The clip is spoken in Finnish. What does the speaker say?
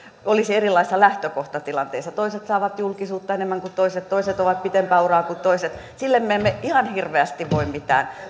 olisi erilaisissa lähtökohtatilanteissa toiset saavat julkisuutta enemmän kuin toiset toisilla on pitempi ura kuin toisilla ja sille me emme ihan hirveästi voi mitään